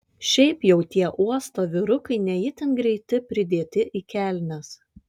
šiaip jau tie uosto vyrukai ne itin greiti pridėti į kelnes